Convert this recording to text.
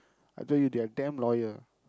I tell you they are damn loyal